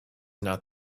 not